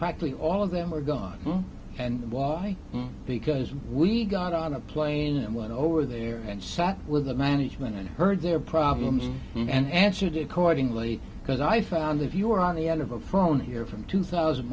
practically all of them were gone and why because we got on a plane and went over there and sat with the management and heard their problems and answered accordingly because i found if you were on the end of a phone here from two thousand